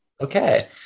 Okay